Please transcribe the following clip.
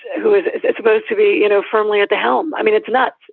who is is supposed to be, you know, firmly at the helm. i mean, it's nuts.